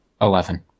Eleven